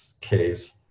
case